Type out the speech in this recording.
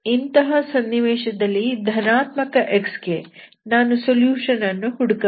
ಇಂತಹ ಸನ್ನಿವೇಶದಲ್ಲಿ ಧನಾತ್ಮಕ x ಗೆ ನಾನು ಸೊಲ್ಯೂಷನ್ ಅನ್ನು ಹುಡುಕಬಹುದು